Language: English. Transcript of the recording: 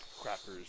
crackers